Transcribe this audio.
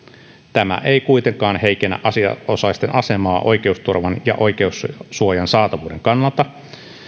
tämä ei kuitenkaan heikennä asianosaisten asemaa oikeusturvan ja oikeussuojan saatavuuden kannalta